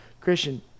Christian